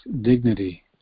dignity